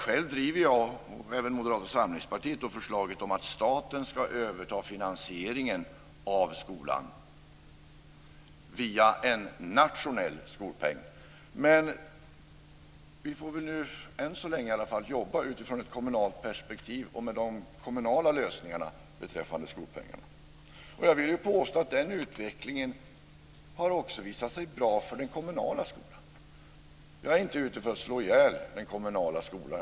Själv driver jag och Moderata samlingspartiet förslaget att staten ska överta finansieringen av skolan via en nationell skolpeng. Men vi får väl än så länge jobba utifrån ett kommunalt perspektiv och med de kommunala lösningarna beträffande skolpengen. Jag vill påstå att den utvecklingen har visat sig bra också för den kommunala skolan. Jag är inte ute efter att slå ihjäl den kommunala skolan.